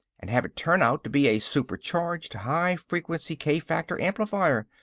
and have it turn out to be a supercharged, high-frequency k-factor amplifier.